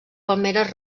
palmeres